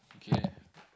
okay